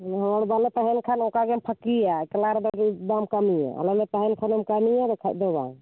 ᱦᱚᱲ ᱵᱟᱞᱮ ᱛᱟᱦᱮᱱ ᱠᱷᱟᱱ ᱚᱱᱠᱟᱜᱮ ᱯᱷᱟᱠᱤᱭᱟ ᱮᱠᱞᱟ ᱨᱮᱫᱚ ᱵᱟᱢ ᱠᱟᱹᱢᱤᱭᱟ ᱟᱞᱮ ᱞᱮ ᱛᱟᱦᱮᱸ ᱠᱷᱟᱱᱮᱢ ᱠᱟᱹᱢᱤᱭᱟ ᱟᱨ ᱵᱟᱠᱷᱟᱱ ᱫᱚ ᱵᱟᱝ